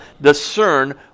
discern